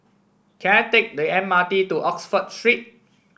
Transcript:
can I take the M R T to Oxford Street